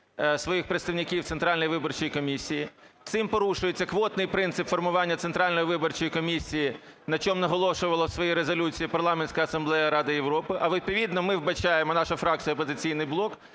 своїх представників в Центральній виборчій комісії, цим порушується квотний принцип формування Центральної виборчої комісії, на чому наголошувала в своїй резолюції Парламентська асамблея Ради Європи. А, відповідно, ми вбачаємо, наша фракція "Опозиційний блок",